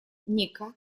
никак